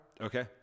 Okay